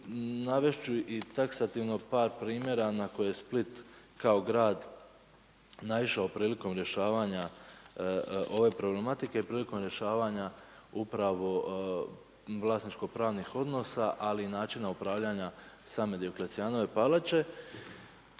navest ću i taksativno par primjera na koje Split kao grad naišao prilikom rješavanja ove problematike, prilikom rješavanja upravo vlasničko pravnih odnosa, ali i načina upravljanja same Dioklecijanove palače.